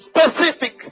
specific